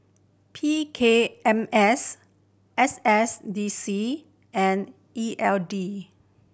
P K M S S S D C and E L D